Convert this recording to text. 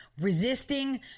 Resisting